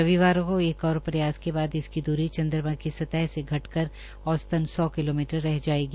रविवार को एक और प्रयास के बाद इसकी द्री चन्द्रमा की सतह से घटकर औसतन सौ किलोमीटर रह जायेगी